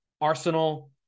Arsenal